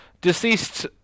deceased